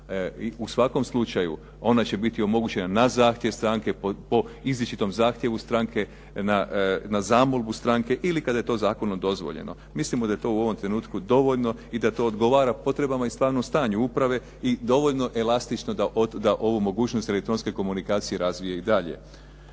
U svakom slučaju ona će biti omogućena na zahtjev stranke, po izričitom zahtjevu stranke, na zamolbu stranke ili kada je to zakonom dozvoljeno. Mislimo da je to u ovom trenutku dovoljno i da to odgovara potrebama i stvarnom stanju uprave i dovoljno elastično da ovu mogućnost elektronske komunikacije razvije i dalje.